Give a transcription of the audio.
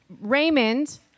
Raymond